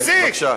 תפסיק,